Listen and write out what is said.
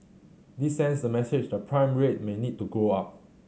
this sends the message the prime rate may need to go up